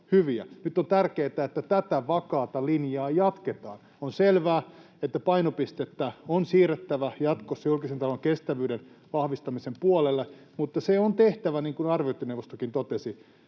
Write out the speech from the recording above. Nyt on tärkeätä, että tätä vakaata linjaa jatketaan. On selvää, että painopistettä on siirrettävä jatkossa julkisen talouden kestävyyden vahvistamisen puolelle, mutta se on tehtävä, niin kuin arviointineuvostokin totesi,